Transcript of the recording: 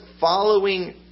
following